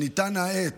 כשניתן האות